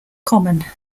common